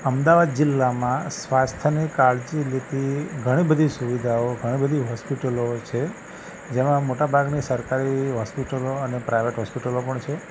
અમદાવાદ જિલ્લામાં સ્વાસ્થ્યને કાળજી રીતે ઘણી બધી સુવિધાઓ ઘણી બધી હૉસ્પિટલો છે જેમાં મોટાભાગની સરકારી હૉસ્પિટલો અને પ્રાઇવેટ હોસ્પિટલો પણ છે